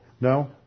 No